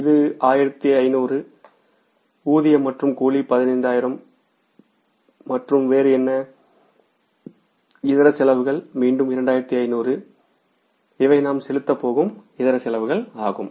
இது 15000 ஊதியம் மற்றும் கூலி 15000 மற்றும் வேறு என்ன இதர செலவுகள் மீண்டும் 2500 இவை நாம் செலுத்தப் போகும் இதர செலவுகள் ஆகும்